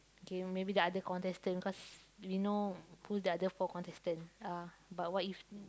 okay then maybe the other contestant cause we know who the other four contestant are but what if